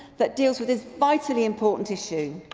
that deals with this vitally important issue.